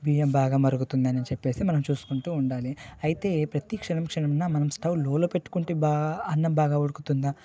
బియ్యం బాగా మరుగుతుందని చెప్పి మనం చూసుకుంటూ ఉండాలి అయితే ప్రతిక్షణం క్షణం నా మనం లో లో పెట్టుకుంటే అన్నం బాగా ఉడుకుతుందా